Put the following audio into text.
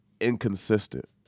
inconsistent